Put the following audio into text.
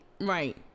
Right